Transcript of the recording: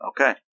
Okay